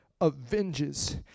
avenges